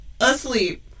asleep